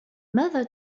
ماذا